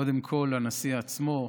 קודם כול לנשיא עצמו.